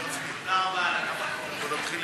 ובעיקר ועדת הכספים, אבל לא רק,